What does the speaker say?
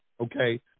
Okay